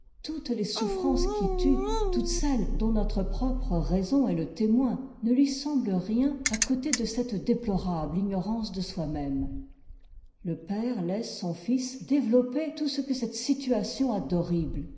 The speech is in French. toutes les souffrances qui tuent toutes celles dont notre propre raison est le témoin ne lui semblent rien à côté de cette déplorable ignorance de soi-même le père laisse son fils développer tout ce que cette situation a d'horrible